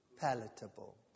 palatable